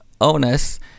onus